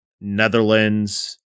Netherlands